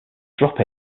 drop